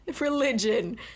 religion